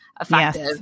effective